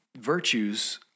virtues